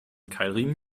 keilriemen